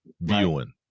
viewing